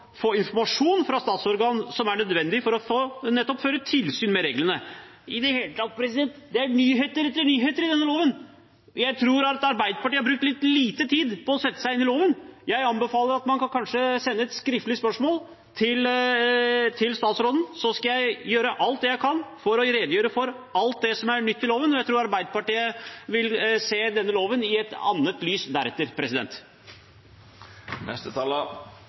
få informasjon fra statsorgan, som er nødvendig nettopp for å føre tilsyn med reglene. I det hele tatt: Det er nyheter etter nyheter i denne loven, og jeg tror Arbeiderpartiet har brukt litt lite tid på å sette seg inn i den. Jeg anbefaler at man kanskje kan sende et skriftlig spørsmål til statsråden. Så skal jeg gjøre alt jeg kan for å redegjøre for alt som er nytt i loven, og jeg tror Arbeiderpartiet deretter vil se denne loven i et nytt lys.